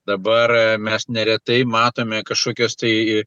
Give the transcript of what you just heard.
dabar mes neretai matome kažkokias tai